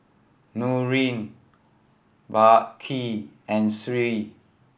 Nurin Balqis and Sri